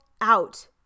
out